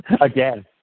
Again